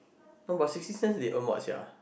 no but sixty cents they earn what sia